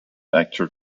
actor